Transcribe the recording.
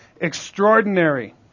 extraordinary